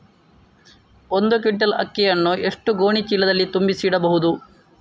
ಒಂದು ಕ್ವಿಂಟಾಲ್ ಅಕ್ಕಿಯನ್ನು ಎಷ್ಟು ಗೋಣಿಚೀಲದಲ್ಲಿ ತುಂಬಿಸಿ ಇಡಬಹುದು?